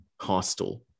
hostile